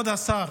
כבוד השר,